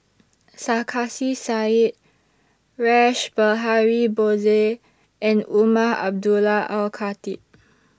Sarkasi Said Rash Behari Bose and Umar Abdullah Al Khatib